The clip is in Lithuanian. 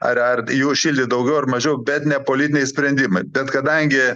ar ar jį užšildyt daugiau ar mažiau bet ne politiniai sprendimai bet kadangi